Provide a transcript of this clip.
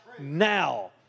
now